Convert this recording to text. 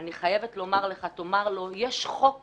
אני חייבת לומר: תאמר לו: יש חוק